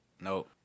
No